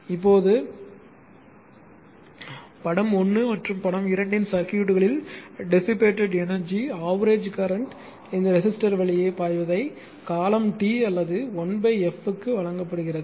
இப்போது இப்போது படம் 1 மற்றும் படம் 2 இன் சர்க்யூட்களில் டெசிபெட் எனர்ஜி ஆவரேஜ் கரண்ட் இந்த ரெஸிஸ்டர் வழியே பாய்வதை காலம் T அல்லது 1 f க்கு வழங்கப்படுகிறது